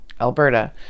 Alberta